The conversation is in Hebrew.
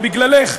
לא בגללך,